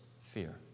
fear